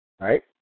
right